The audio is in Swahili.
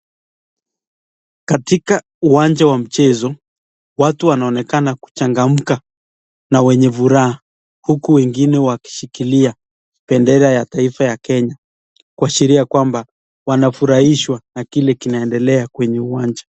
Katika uwanja wa mchezo watu wanaonekana kuchangamka na wenye furaha huku wengine wakishikilia pendera ya taifa ya Kenya kuashiria ya kwamba wanafurahishwa na kile kinaendelea kwenye uwanja.